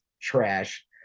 trash